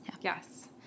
yes